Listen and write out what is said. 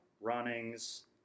runnings